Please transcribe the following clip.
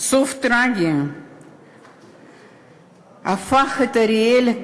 סוף טרגי הפך את אריאל לגזען,